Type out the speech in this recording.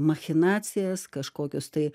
machinacijas kažkokius tai